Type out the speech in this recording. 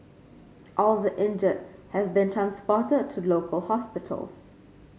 all the injured have been transported to local hospitals